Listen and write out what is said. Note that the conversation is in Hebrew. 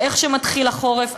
איך שמתחיל החורף,